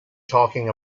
talking